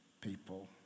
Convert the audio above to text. people